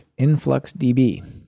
influxDB